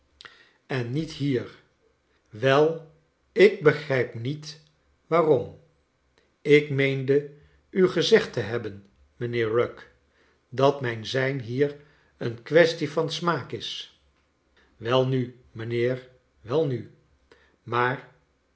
en niet hier wel ik begrijp niet waarom ik meende u gezegd te hebben mijnheer rugg dat mijn zijn hier een kwestie van smaak is welnu mijnheer welnu maar